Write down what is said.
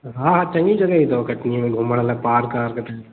हा हा चङी जॻहियूं अथव कटनीअ में घुमण लाइ पार्क वार्क अथव